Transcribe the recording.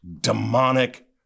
demonic